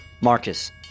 Marcus